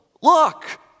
look